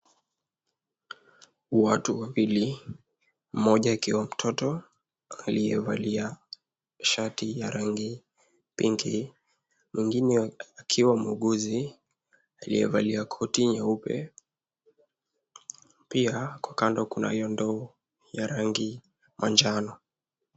Watu wawili, mmoja akiwa mtoto aliyevalia shati ya rangi pinki . Mwengine akiwa muuguzi, aliyevalia koti nyeupe. Pia huku kando kunayo ndoo ya rangi manjano.